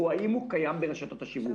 או האם הוא קיים ברשתות השיווק?